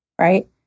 right